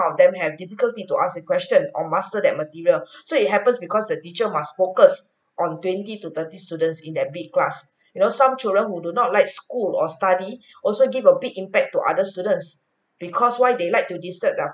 of them have difficulty to ask the question or master that material so it happens because the teacher was focused on twenty to thirty students in that big class you know some children who do not like school or study also give a big impact to other students because why they like to disturb the